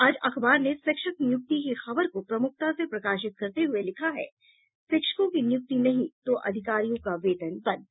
आज अखबार ने शिक्षक नियुक्ति की खबर को प्रमुखता से प्रकाशित करते हुये लिखा है शिक्षकों की नियुक्ति नही तो अधिकारियों का वेतन बंद